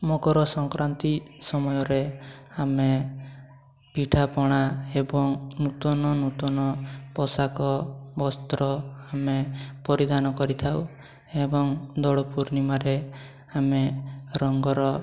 ମକର ସଂକ୍ରାନ୍ତି ସମୟରେ ଆମେ ପିଠାପଣା ଏବଂ ନୂତନ ନୂତନ ପୋଷାକ ବସ୍ତ୍ର ଆମେ ପରିଧାନ କରିଥାଉ ଏବଂ ଦୋଳ ପୂର୍ଣ୍ଣିମାରେ ଆମେ ରଙ୍ଗର